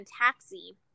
taxi